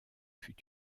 fut